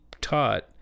taught